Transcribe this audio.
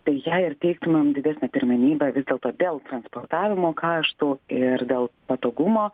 tai jai ir teiktumėm didesnę pirmenybę vis dėlto dėl transportavimo kaštų ir dėl patogumo